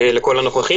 לכל הנוכחים,